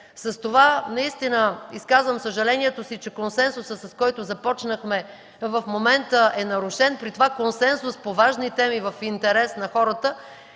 С това изказвам съжалението си, че консенсусът, с който започнахме, в момента е нарушен, при това консенсус по важни теми в интерес на хората